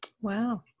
Wow